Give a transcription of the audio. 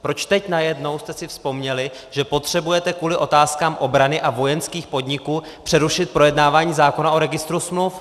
Proč teď najednou jste si vzpomněli, že potřebujete kvůli otázkám obrany a vojenských podniků přerušit projednávání zákona o registru smluv?